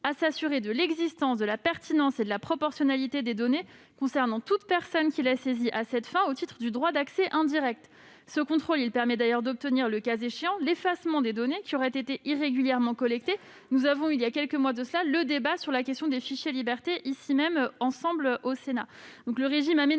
à s'assurer de l'existence, de la pertinence et de la proportionnalité des données concernant toute personne qui l'a saisie à cette fin au titre du droit d'accès indirect. Ce contrôle permet d'ailleurs d'obtenir, le cas échéant, l'effacement des données qui auraient été irrégulièrement collectées. Je rappelle que nous avons eu, voilà quelques mois, le débat sur la question des « fichiers liberté » ici même, au Sénat.